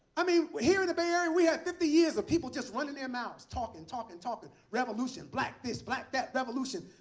i mean, here in the bay area, we had fifty years of people just running their mouths, talking, talking, talking revolution, black this, black that, revolution.